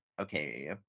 okay